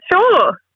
sure